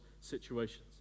situations